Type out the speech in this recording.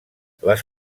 les